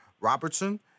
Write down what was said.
Robertson